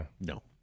No